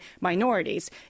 minorities